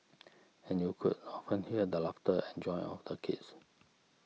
and you could often hear the laughter and joy of the kids